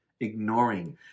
ignoring